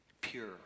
pure